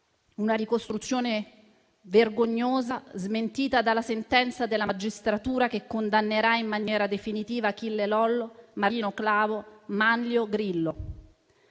una ricostruzione vergognosa, smentita dalla sentenza della magistratura, che condannerà in maniera definitiva Achille Lollo, Marino Clavo e Manlio Grillo